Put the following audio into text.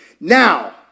Now